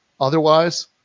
Otherwise